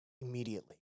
Immediately